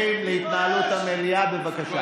שב, בבקשה.